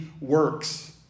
works